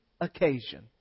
occasion